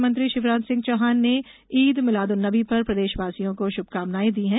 मुख्यमंत्री शिवराज सिंह चौहान ने ईद मिलाद उन नबी पर प्रदेशवासियों को शुभकामनाएं दी हैं